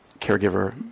caregiver